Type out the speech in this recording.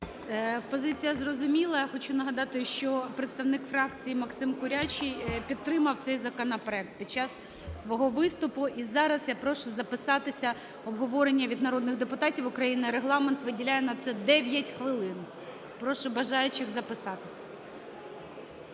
Позиція зрозуміла. Я хочу нагадати, що представник фракції Максим Курячий підтримав цей законопроект під час свого виступу. І зараз я прошу записатися в обговорення від народних депутатів України, Регламент виділяє на це 9 хвилин. Прошу бажаючих записатися.